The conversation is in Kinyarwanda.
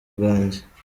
bwanjye